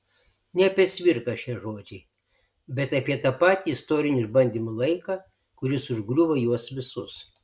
ne apie cvirką šie žodžiai bet apie tą patį istorinių išbandymų laiką kuris užgriuvo juos visus